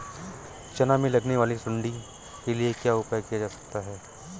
चना में लगने वाली सुंडी के लिए क्या उपाय किया जा सकता है?